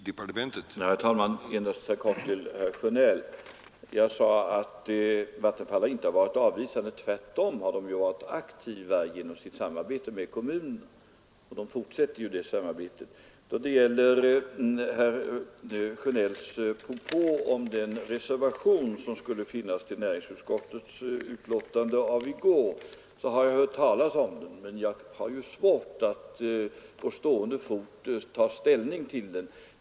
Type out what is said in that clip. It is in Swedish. Herr talman! Endast helt kort till herr Sjönell: Jag sade att Vattenfall inte har varit avvisande. Tvärtom har verket varit aktivt genom sitt samarbete med kommunerna, och det samarbetet fortsätter. Då det gäller herr Sjönells propå om den reservation som skulle vara fogad vid näringsutskottets betänkande av i går vill jag säga att jag har hört talas om den, men jag har svårt att på stående fot ta ställning till den.